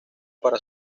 para